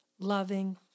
loving